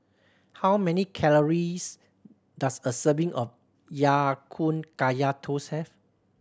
how many calories does a serving of Ya Kun Kaya Toast have